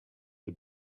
the